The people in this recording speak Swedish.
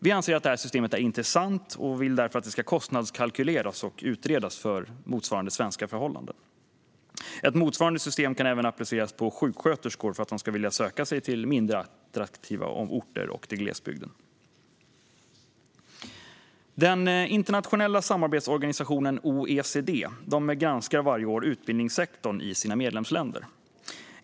Vi anser att systemet är intressant och vill därför att det ska kostnadskalkyleras och utredas för motsvarande svenska förhållanden. Ett motsvarande system kan även appliceras på sjuksköterskor för att de ska vilja söka sig till mindre attraktiva orter och till glesbygden. Den internationella samarbetsorganisationen OECD granskar varje år utbildningssektorn i sina medlemsländer.